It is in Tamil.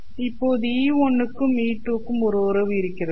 இப்போது E1 க்கும் E2 க்கும் ஒரு உறவு இருக்கிறதா